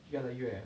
越来越